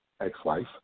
ex-wife